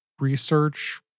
research